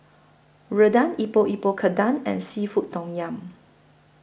Rendang Epok Epok Kentang and Seafood Tom Yum